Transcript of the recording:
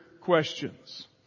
questions